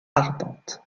ardente